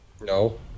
No